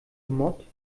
gemobbt